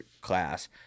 class